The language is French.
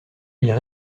ils